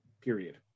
period